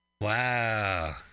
Wow